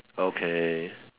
okay